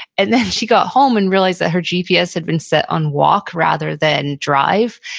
and then she got home and realized that her gps had been set on walk rather than drive.